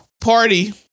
party